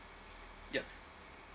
yup